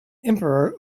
emperor